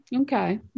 Okay